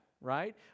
right